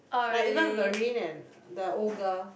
but even Verene and the old girl